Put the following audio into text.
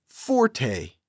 Forte